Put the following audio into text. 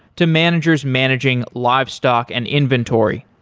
to managers managing livestock and inventory.